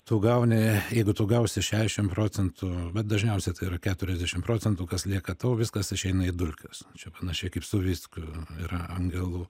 tu gauni jeigu tu gausi šešiasšim procentų bet dažniausiai tai yra keturiasdešim procentų kas lieka tau viskas išeina į dulkes čia panašiai kaip su viskiu yra angelų